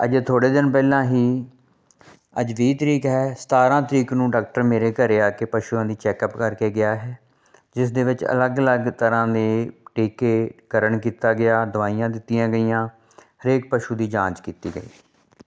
ਅਜੇ ਥੋੜ੍ਹੇ ਦਿਨ ਪਹਿਲਾਂ ਹੀ ਅੱਜ ਵੀਹ ਤਰੀਕ ਹੈ ਸਤਾਰ੍ਹਾਂ ਤਰੀਕ ਨੂੰ ਡਾਕਟਰ ਮੇਰੇ ਘਰੇ ਆ ਕੇ ਪਸ਼ੂਆਂ ਦੀ ਚੈਕਅਪ ਕਰਕੇ ਗਿਆ ਜਿਸ ਦੇ ਵਿੱਚ ਅਲੱਗ ਅਲੱਗ ਤਰ੍ਹਾਂ ਦੇ ਟੀਕੇ ਕਰਨ ਕੀਤਾ ਗਿਆ ਦਵਾਈਆਂ ਦਿੱਤੀਆਂ ਗਈਆਂ ਹਰੇਕ ਪਸ਼ੂ ਦੀ ਜਾਂਚ ਕੀਤੀ ਗਈ